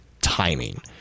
timing